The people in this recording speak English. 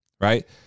right